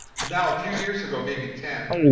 now, a few years ago, maybe ten,